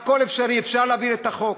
אפשר להעביר את החוק.